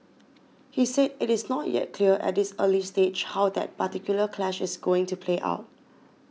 he said it is not yet clear at this early stage how that particular clash is going to play out